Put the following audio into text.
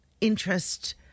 interest